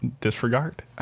disregard